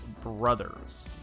Brothers